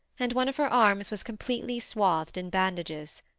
and one of her arms was completely swathed in bandages.